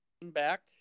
back